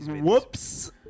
Whoops